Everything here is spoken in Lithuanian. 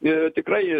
i tikrai